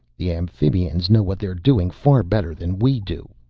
the amphibians know what they're doing far better than we do,